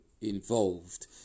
involved